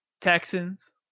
Texans